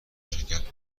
شرکت